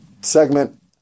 segment